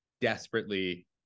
desperately